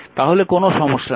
তাহলে কোনও সমস্যা নেই